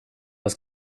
was